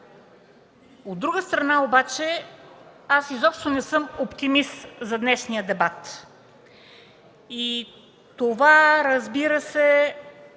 От друга страна обаче, аз изобщо не съм оптимист за днешния дебат. Това го казвам,